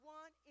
one